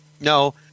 no